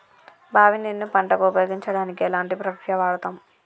బావి నీరు ను పంట కు ఉపయోగించడానికి ఎలాంటి ప్రక్రియ వాడుతం?